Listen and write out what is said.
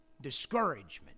discouragement